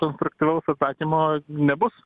konstruktyvaus atsakymo nebus